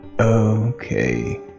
Okay